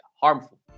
harmful